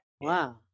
Wow